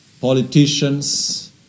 politicians